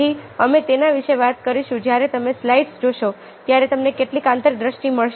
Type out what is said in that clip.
તેથી અમે તેના વિશે વાત કરીશું જ્યારે તમે સ્લાઇડ્સ જોશો ત્યારે તમને કેટલીક આંતરદૃષ્ટિ મળશે